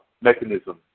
mechanism